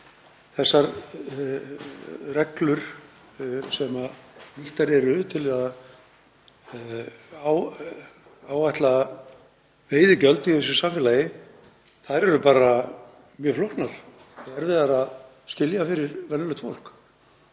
þessar reglur sem nýttar eru til að áætla veiðigjöld í þessu samfélagi bara mjög flóknar og erfiðar að skilja fyrir venjulegt fólk.